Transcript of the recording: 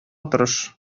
тырыш